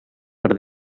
per